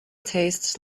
tastes